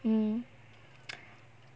mmhmm